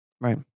Right